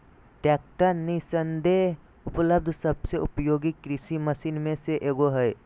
tractor निस्संदेह उपलब्ध सबसे उपयोगी कृषि मशीन में से एगो हइ